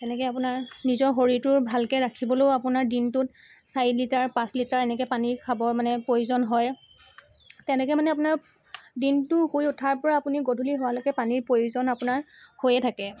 সেনেকৈ আপোনাৰ নিজৰ শৰীৰটো ভালকৈ ৰাখিবলৈও আপোনাৰ দিনটোত চাৰি লিটাৰ পাঁচ লিটাৰ এনেকৈ পানী খাবৰ মানে পানীৰ প্ৰয়োজন হয় তেনেকৈ মানে আপোনাৰ দিনটো শুই উঠাৰ পৰা আপুনি গধূলি হোৱালৈকে আপোনাৰ পানীৰ প্ৰয়োজন আপোনাৰ হৈয়ে থাকে